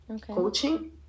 coaching